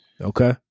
Okay